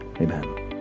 Amen